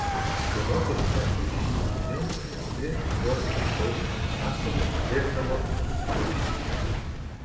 kai moteriai teko išeiti į pensiją ji vos išaušus pavasariui lėkdavo į dzūkijos miškus